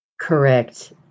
Correct